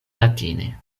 latine